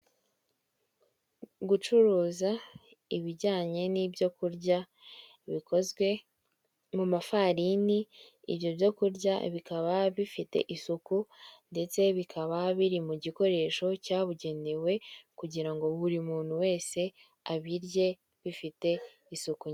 Gucuruza ibijyanye n'ibyo kurya bikozwe mu mafarini, ibyo byo kurya bikaba bifite isuku ndetse bikaba biri mu gikoresho cyabugenewe kugira ngo buri muntu wese abirye bifite isuku.